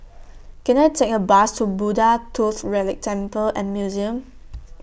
Can I Take A Bus to Buddha Tooth Relic Temple and Museum